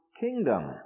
kingdom